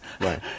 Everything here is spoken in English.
Right